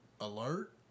Alert